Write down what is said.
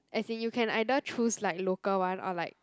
as in you can either choose like local one or like